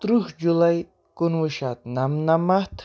تٕرٛہ جُلاے کُنوُہ شیٚتھ نَمنَمَتھ